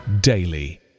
daily